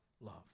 love